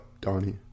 Donnie